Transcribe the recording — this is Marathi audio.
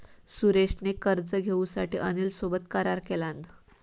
सुरेश ने कर्ज घेऊसाठी अनिल सोबत करार केलान